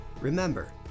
Remember